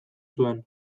zuen